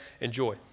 enjoy